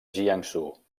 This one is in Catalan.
jiangsu